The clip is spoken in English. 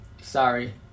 sorry